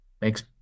makes